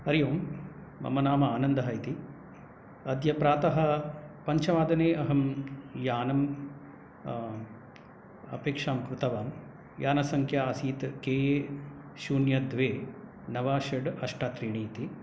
हरि ओं मम नाम आनन्दः इति अद्य प्रातः पञ्चवादने अहं यानं अपेक्षां कृतवान् यानसङ्ख्या आसीत् के ए शून्य द्वे नव षड् अष्ट त्रीणि इति